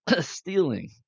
stealing